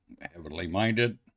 Heavenly-Minded